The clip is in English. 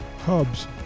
hubs